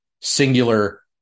singular